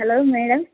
hello madam